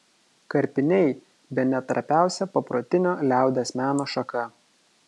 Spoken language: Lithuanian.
karpiniai bene trapiausia paprotinio liaudies meno šaka